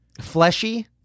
fleshy